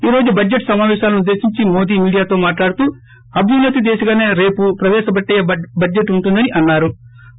ఈ రోజు బడ్జెట్ సమాపేశాలను ఉద్దేశించి మోది మీడియాతో మాట్లాడుతూ అభ్యున్నతి దిశగానే రేపు ప్రవేశపెట్టబోయే బడ్జెట్ ఉంటుందని అన్నారు